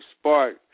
spark